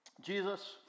Jesus